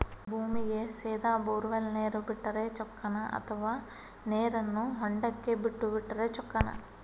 ಭೂಮಿಗೆ ಸೇದಾ ಬೊರ್ವೆಲ್ ನೇರು ಬಿಟ್ಟರೆ ಚೊಕ್ಕನ ಅಥವಾ ನೇರನ್ನು ಹೊಂಡಕ್ಕೆ ಬಿಟ್ಟು ಬಿಟ್ಟರೆ ಚೊಕ್ಕನ?